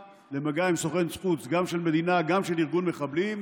למגע עם סוכן חוץ גם של מדינה וגם של ארגון מחבלים.